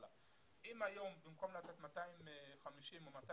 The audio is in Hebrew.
אם היום, במקום לתת ל-250 או ל-200